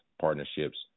partnerships